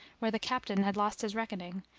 where the captain had lost his reckoning,